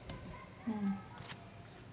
mm